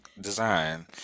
design